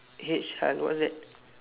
H what's that